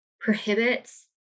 prohibits